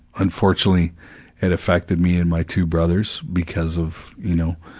unfortunately it affected me and my two brothers because of, you know,